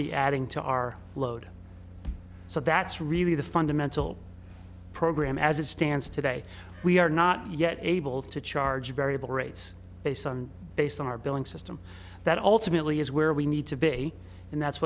be adding to our load so that's really the fundamental program as it stands today we are not yet able to charge variable rates based on based on our billing system that ultimately is where we need to be and that's